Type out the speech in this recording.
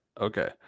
Okay